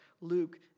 Luke